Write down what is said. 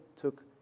took